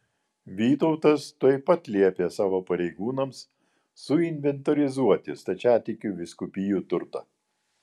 vytautas tuojau pat liepė savo pareigūnams suinventorizuoti stačiatikių vyskupijų turtą